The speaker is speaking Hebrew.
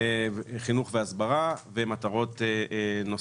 חינוך, הסברה ומטרות נוספות.